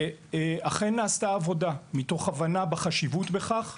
ואכן, נעשתה עבודה מתוך הבנה בחשיבות בכך,